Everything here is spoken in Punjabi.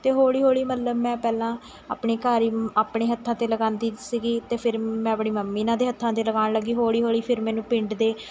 ਅਤੇ ਹੌਲੀ ਹੌਲੀ ਮਤਲਬ ਮੈਂ ਪਹਿਲਾਂ ਆਪਣੇ ਘਰ ਹੀ ਆਪਣੇ ਹੱਥਾਂ 'ਤੇ ਲਗਾਉਂਦੀ ਸੀਗੀ ਅਤੇ ਫਿਰ ਮੈਂ ਆਪਣੀ ਮੰਮੀ ਨਾ ਦੇ ਹੱਥਾਂ 'ਤੇ ਲਗਾਉਣ ਲੱਗੀ ਹੌਲੀ ਹੌਲੀ ਫਿਰ ਮੈਨੂੰ ਪਿੰਡ ਦੇ